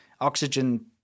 oxygen